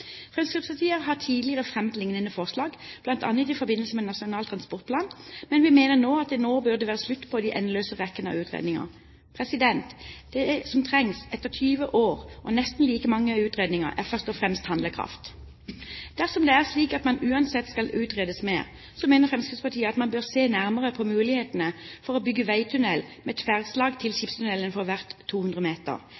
Fremskrittspartiet har tidligere fremmet lignende forslag, bl.a. i forbindelse med Nasjonal transportplan, men vi mener at nå bør det være slutt på den endeløse rekken av utredninger. Det som trengs – etter 20 år og nesten like mange utredninger – er først og fremst handlekraft. Dersom det er slik at man uansett skal utrede mer, så mener Fremskrittspartiet at man bør se nærmere på muligheten for å bygge veitunnel med tverrslag til